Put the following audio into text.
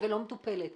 ולא מטופלת.